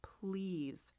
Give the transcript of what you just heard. please